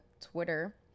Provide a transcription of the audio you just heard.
Twitter